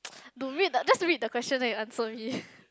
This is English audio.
you read just read the question then you answer me